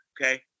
okay